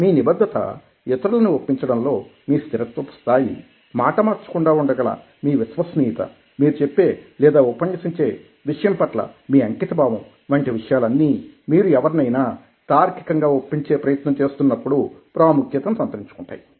మీ నిబద్దత ఇతరులని ఒప్పించడం లో మీ స్థిరత్వపు స్థాయిమాట మార్చకుండా వుండగల మీ విశ్వసనీయత మీరు చెప్పే లేదా ఉపన్యసించే విషయం పట్ల మీ అంకితభావం వంటి విషయాలన్నీ మీరు ఎవరినైనా తార్కికంగా ఒప్పించే ప్రయత్నం చేస్తున్నప్పుడు ప్రాముఖ్యత ని సంతరించుకుంటాయి